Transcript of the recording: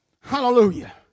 Hallelujah